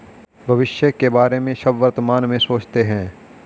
भविष्य के बारे में सब वर्तमान में सोचते हैं